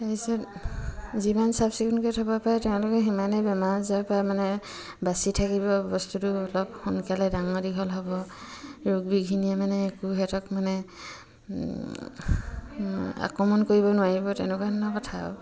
তাৰপিছত যিমান চাফ চিকুণকৈ থ'ব পাৰে তেওঁলোকে সিমানেই বেমাৰ আজাৰৰ পৰা মানে বাছি থাকিব বস্তুটো অলপ সোনকালে ডাঙৰ দীঘল হ'ব ৰোগ বিঘিনিয়ে মানে একো সিহঁতক মানে আক্ৰমণ কৰিব নোৱাৰিব তেনেকুৱা ধৰণৰ কথা আৰু